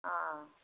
অঁ